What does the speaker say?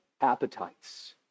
appetites